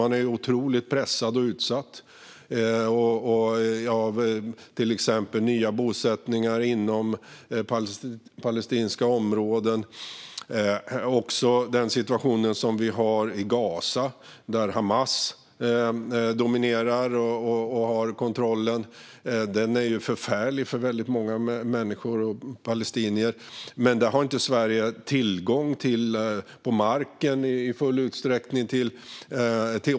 Man är otroligt pressad och utsatt, till exempel av nya bosättningar inom palestinska områden och av situationen i Gaza där Hamas dominerar och har kontrollen. Den situationen är förfärlig för väldigt många palestinier. Men där har Sverige inte tillträde på marken i full utsträckning.